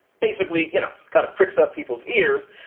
basically, you know, kind of tricks up people's ears.